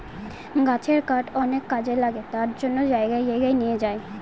গাছের কাঠ অনেক কাজে লাগে তার জন্য জায়গায় জায়গায় নিয়ে যায়